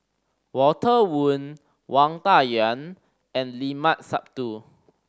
Walter Woon Wang Dayuan and Limat Sabtu